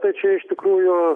tai čia iš tikrųjų